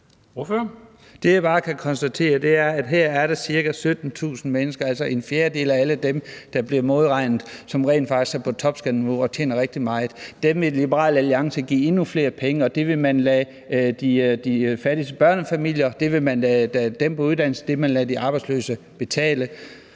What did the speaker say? Det, jeg bare kan konstatere, er, at her er der cirka 17.000 mennesker, altså en fjerdedel af alle dem, der bliver modregnet, som rent faktisk er på topskatteniveau og tjener rigtig meget, og dem vil Liberal Alliance give endnu flere penge, og det vil man lade de fattigste børnefamilier, dem på uddannelse og de arbejdsløse betale.